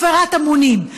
הפרת אמונים.